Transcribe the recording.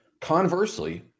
Conversely